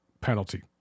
penalty